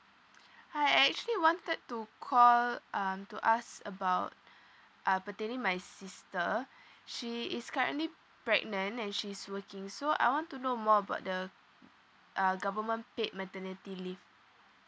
hi I actually wanted to call um to ask about uh pertaining my sister she is currently pregnant and she's working so I want to know more about the uh government paid maternity leave